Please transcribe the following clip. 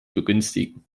begünstigen